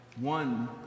one